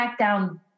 Smackdown